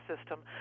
system